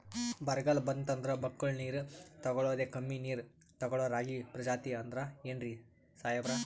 ಬರ್ಗಾಲ್ ಬಂತಂದ್ರ ಬಕ್ಕುಳ ನೀರ್ ತೆಗಳೋದೆ, ಕಮ್ಮಿ ನೀರ್ ತೆಗಳೋ ರಾಗಿ ಪ್ರಜಾತಿ ಆದ್ ಏನ್ರಿ ಸಾಹೇಬ್ರ?